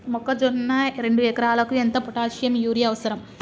మొక్కజొన్న రెండు ఎకరాలకు ఎంత పొటాషియం యూరియా అవసరం?